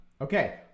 Okay